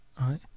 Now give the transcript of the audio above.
right